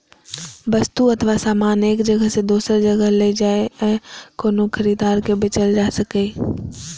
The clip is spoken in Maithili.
वस्तु अथवा सामान एक जगह सं दोसर जगह लए जाए आ कोनो खरीदार के बेचल जा सकै